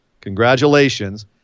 Congratulations